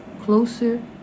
closer